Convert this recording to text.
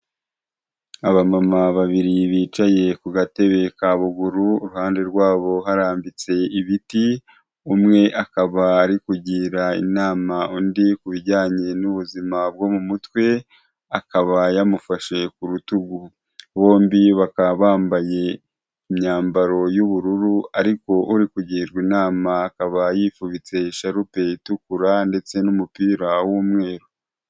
Abamama babiri bicaye ku gatebe ka bugururu, iruhande rwabo harambitse ibiti, umwe akaba arikugira inama undi ku bijyanye n'ubuzima bwo mu mutwe akaba yamufashe ku rutugu. Bombi bakaba bambaye imyambaro y'ubururu ariko uri kugirwa inama akaba yifubitse isharupe itukura ndetse n'umupira w'umweru.